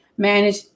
Manage